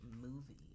movie